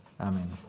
Amen